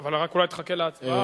אבל רק אולי תחכה להצבעה,